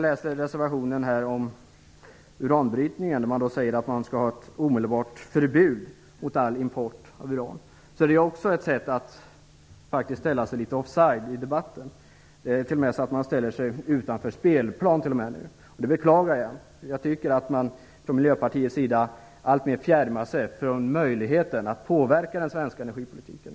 I reservationen om uranbrytningen säger man att det skall vara ett omedelbart förbud mot all import av uran. Det är ytterligare ett sätt att ställa sig litet offside i debatten, t.o.m. utanför spelplan. Det beklagar jag. Jag tycker att man från Miljöpartiets sida alltmer fjärmar sig från möjligheten att påverka den svenska energipolitiken.